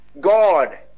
God